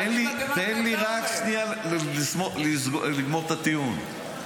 תן לי רק שנייה לגמור את הטיעון.